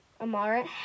Amara